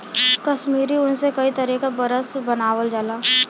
कसमीरी ऊन से कई तरे क बरस बनावल जाला